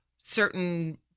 certain